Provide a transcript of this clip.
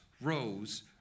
rose